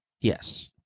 Yes